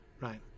Right